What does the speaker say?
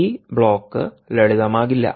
ഈ ബ്ലോക്ക് ലളിതമാകില്ല